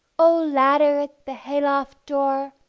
o ladder at the hayloft door,